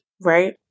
right